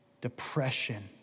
depression